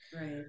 Right